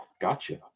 Gotcha